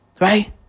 Right